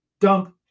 Dump